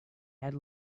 had